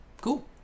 Cool